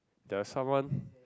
there're someone